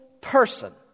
person